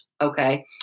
Okay